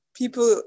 people